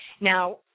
Now